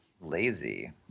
lazy